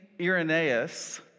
Irenaeus